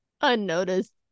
unnoticed